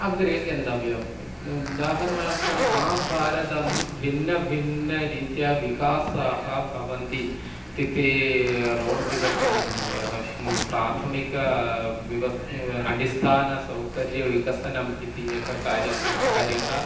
अग्रे गन्तव्यम् उदाहरणार्थम् आभारतं भिन्नभिन्नरीत्या विकासाः भवन्ति इत्युक्ते रोड् विकसनं प्राथमिकविवस् अडिस्थान सौकर्यविकसनम् इति एकः कार्यक्रम कार्यः